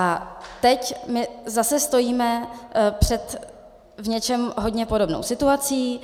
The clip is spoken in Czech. A teď my zase stojíme před v něčem hodně podobnou situací.